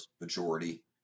majority